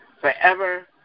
forever